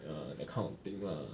that kind of thing lah